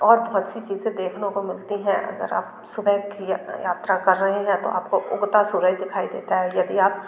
और बहुत सी चीजे़ं देखने को मिलती हैं अगर आप सुबह की यात्रा कर रहे हैं या तो आप को उगता सूरज दिखाई देता है यदि आप